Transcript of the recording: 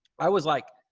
i was like,